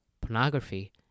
pornography